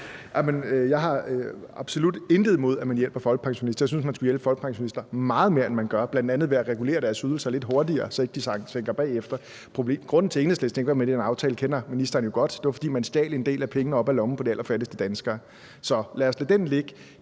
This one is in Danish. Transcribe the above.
jeg har absolut intet imod, at man hjælper folkepensionister. Jeg synes, man skulle hjælpe folkepensionister meget mere, end man gør, bl.a. ved at regulere deres ydelser lidt hurtigere, så ikke de sakker bagud. Grunden til, at Enhedslisten ikke var med i den aftale, kender ministeren jo godt – det var, fordi man stjal en del af pengene op af lommen på de allerfattigste danskere. Så lad os lade den ligge.